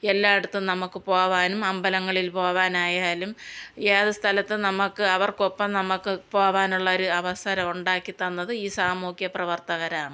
എല്ലായിടത്തും നമുക്ക് പോവാനും അമ്പലങ്ങളിൽ പോവാനായാലും ഏത് സ്ഥലത്ത് നമുക്ക് അവർക്കൊപ്പം നമുക്ക് പോവാനുള്ള ഒരു അവസരം ഉണ്ടാക്കി തന്നത് ഈ സാമൂഹ്യപ്രവർത്തകരാണ്